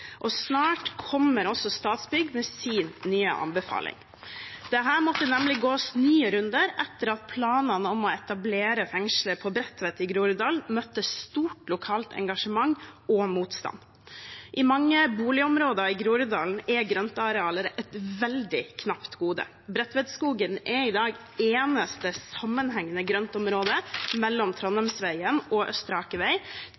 og snart kommer også Statsbygg med sin nye anbefaling. Det måtte nemlig gås nye runder etter at planene om å etablere fengselet på Bredtvet i Groruddalen møtte stort lokalt engasjement og motstand. I mange boligområder i Groruddalen er grøntarealer et veldig knapt gode. Bredtvetskogen er i dag eneste sammenhengende grøntområde mellom